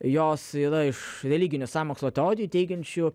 jos yra iš religinių sąmokslo teorijų teigiančių